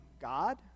God